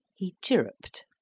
he chirruped,